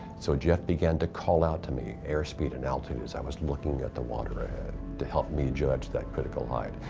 so jeff began to call out to me air speed and altitude as i was looking at the water ahead to help me judge that critical height.